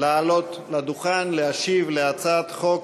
לעלות לדוכן כדי להשיב על הצעת חוק